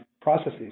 processes